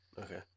Okay